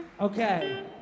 Okay